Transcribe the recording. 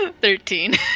Thirteen